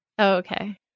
Okay